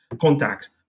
contacts